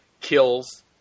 kills